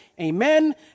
amen